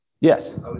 Yes